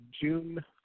June